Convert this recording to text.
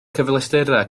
cyfleusterau